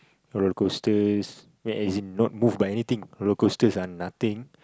roller coasters ya as in not move by anything roller coasters are nothing